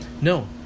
no